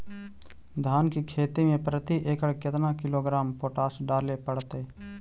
धान की खेती में प्रति एकड़ केतना किलोग्राम पोटास डाले पड़तई?